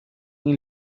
این